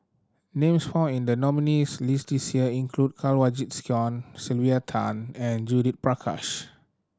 names found in the nominees' list this year include Kanwaljit Soin Sylvia Tan and Judith Prakash